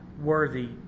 worthy